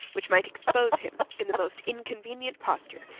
which might expose him, in the most inconvenient posture,